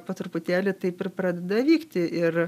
po truputėlį taip ir pradeda vykti ir